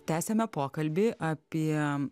tęsiame pokalbį apie